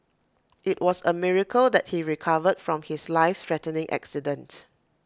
IT was A miracle that he recovered from his life threatening accident